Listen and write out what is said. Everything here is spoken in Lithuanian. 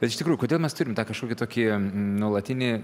bet iš tikrųjų kodėl mes turim tą kažkokį tokį nuolatinį